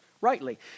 rightly